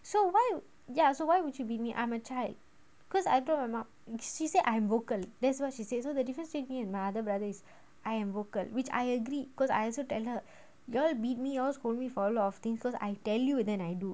so why ya so why would you beat me I'm a child cause I told my mom she said I am vocal that's what she said so the difference between me and my other brother is I am vocal which I agree cause I also tell her you all beat me or scold me for a lot of things cause I tell you and then I do